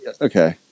Okay